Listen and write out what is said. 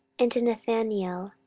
and to nethaneel,